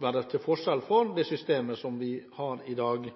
være, til forskjell fra det systemet vi har i dag.